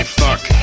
fuck